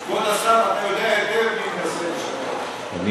כבוד השר, אתה יודע היטב מי מנסה לשנות אותו,